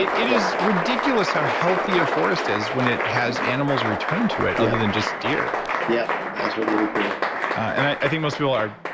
it it is ridiculous how healthy a forest is when it has animals returned to it other than deer yep, i totally agree and i think most people are.